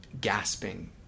gasping